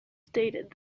stated